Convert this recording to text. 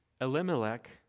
Elimelech